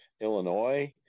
Illinois